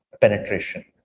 penetration